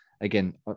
again